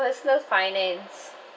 personal finance